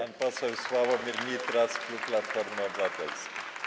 Pan poseł Sławomir Nitras, klub Platforma Obywatelska.